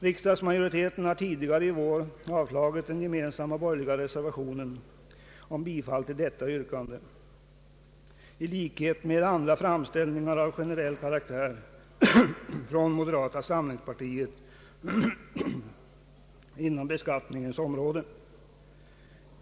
Riksdagsmajoriteten har tidigare i vår avslagit den gemensamma borgerliga reservationen om bifall till detta yrkande i likhet med andra framställningar av generell karaktär från moderata samlingspartiet inom beskattningens område.